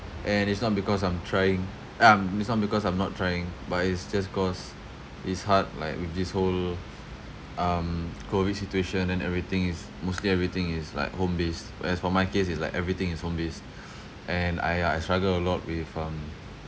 and it's not because I'm trying uh um it's not because I'm not trying but it's just cause it's hard like with this whole um COVID situation and everything is mostly everything is like home based whereas for my case is like everything is home based and I ya I struggle a lot with um